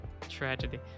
Tragedy